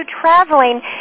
traveling